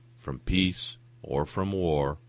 from peace or from war,